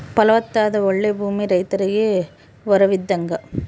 ಫಲವತ್ತಾದ ಓಳ್ಳೆ ಭೂಮಿ ರೈತರಿಗೆ ವರವಿದ್ದಂಗ